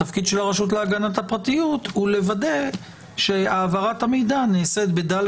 התפקיד של הרשות להגנת הפרטיות הוא לוודא שהעברת המידע נעשית בד'